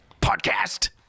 podcast